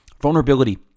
Vulnerability